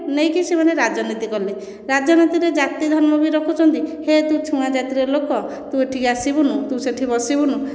ନେଇକି ସେମାନେ ରାଜନୀତି କଲେ ରାଜନୀତିରେ ଜାତି ଧର୍ମ ବି ରଖୁଛନ୍ତି ହେ ତୁ ଛୁଆଁ ଜାତିର ଲୋକ ତୁ ଏଠିକି ଆସିବୁନି ତୁ ସେଇଠି ବସିବୁନୁ